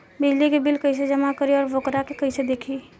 बिजली के बिल कइसे जमा करी और वोकरा के कइसे देखी?